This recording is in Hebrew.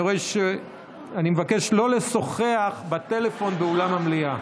אני מבקש לא לשוחח בטלפון באולם המליאה.